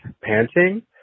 panting